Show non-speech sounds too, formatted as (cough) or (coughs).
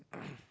(coughs)